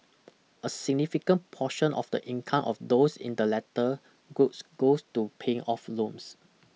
a significant portion of the income of those in the latter groups goes to paying off loans